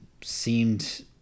seemed